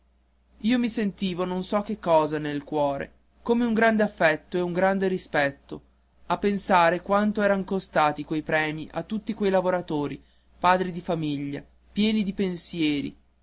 io mi sentivo non so che cosa nel cuore come un grande affetto e un grande rispetto a pensare quanto eran costati quei premi a tutti quei lavoratori padri di famiglia pieni di pensieri